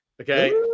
Okay